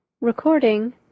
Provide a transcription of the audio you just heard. Recording